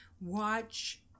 Watch